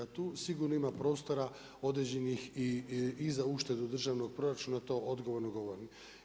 Tu sigurno ima prostora određenih i za uštedu državnog proračuna, to odgovorno govorim.